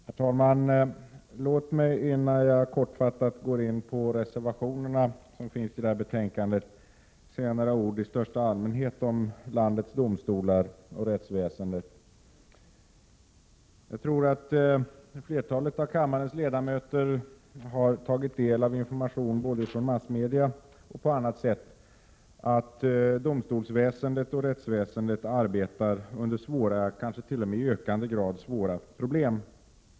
Herr talman! Låt mig, innan jag kortfattat går in på reservationerna i betänkandet, säga några ord i största allmänhet om landets domstolar och rättsväsendet. Jag tror att flertalet av kammarens ledamöter har tagit del av information både från massmedia och på annat sätt om att domstolsväsendet och rättsväsendet har svåra, kanske t.o.m. i ökande grad svåra, problem.